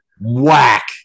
Whack